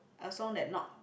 a song that not